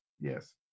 yes